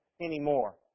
anymore